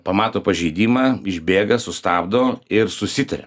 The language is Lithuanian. pamato pažeidimą išbėga sustabdo ir susitaria